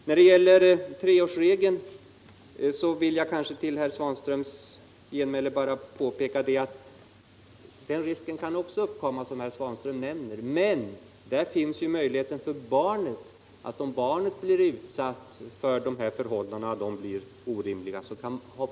När det gäller treårsregeln vill jag bara påpeka för herr Svanström att även den risk som han nämnde kan uppkomma, men där får ju barnet ett intresse av att föra denna talan, om förhållandena blir orimliga.